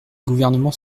gouvernement